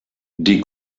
die